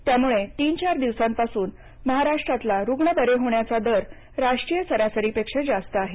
त्यामुळे तीन चार दिवसांपासून महाराष्ट्रातला रुग्ण बरे होण्याचा दर राष्ट्रीय सरासरीपेक्षा जास्त आहे